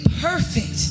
perfect